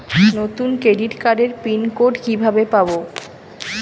নতুন ক্রেডিট কার্ডের pin code কিভাবে পাব?